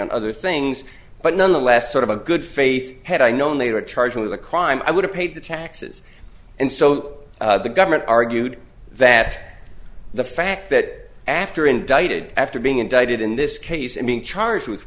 on other things but nonetheless sort of a good faith had i known they were charged with a crime i would have paid the taxes and so the government argued that the fact that after indicted after being indicted in this case and being charged with